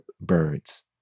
birds